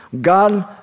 God